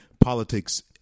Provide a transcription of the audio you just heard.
politics